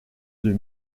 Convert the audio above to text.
des